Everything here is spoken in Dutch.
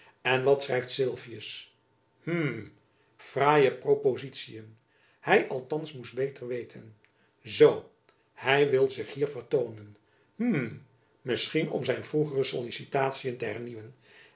en wat schrijft sylvius hm fraaie propozitiën hy althands moest beter weten zoo hy wil zich hier vertoonen hm misschien om zijn vroegere sollicitatiën te